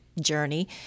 journey